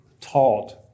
taught